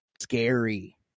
scary